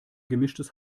gemischtes